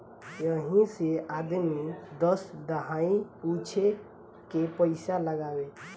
यही से आदमी दस दहाई पूछे के पइसा लगावे